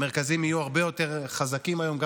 המרכזים יהיו הרבה יותר חזקים היום גם